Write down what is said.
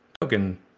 token